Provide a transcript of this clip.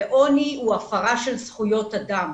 עוני הוא הפרה של זכויות אדם.